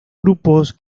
grupos